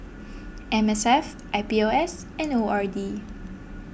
M S F I P O S and O R D